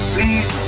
Please